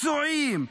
פצועים,